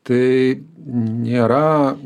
tai nėra